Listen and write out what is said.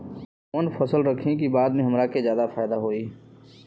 कवन फसल रखी कि बाद में हमरा के ज्यादा फायदा होयी?